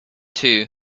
too